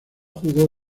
jugó